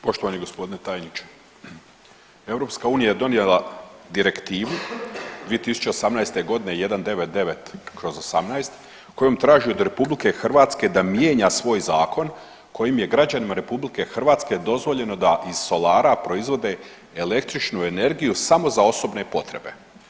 Poštovani g. tajniče, EU je donijela Direktivu 2018.g. 199/18 kojom traži od RH da mijenja svoj zakon kojim je građanima RH dozvoljeno da iz solara proizvode električnu energiju samo za osobne potrebe.